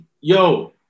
yo